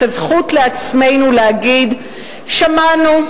את הזכות לעצמנו להגיד: שמענו,